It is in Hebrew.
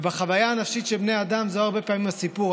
ובחוויה הנפשית של בני אדם זהו הרבה פעמים הסיפור.